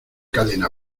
cadena